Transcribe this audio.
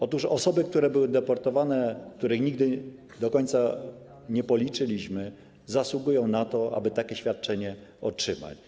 Osoby, które były deportowane, których nigdy do końca nie policzyliśmy, zasługują na to, aby takie świadczenie otrzymać.